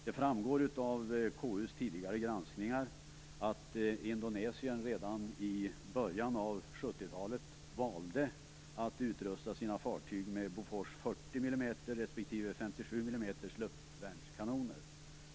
Det framgår av KU:s tidigare granskningar att Indonesien redan i början av 70-talet valde att utrusta sina fartyg med Bofors 40 millimeters respektive 57 millimeters luftvärnskanoner.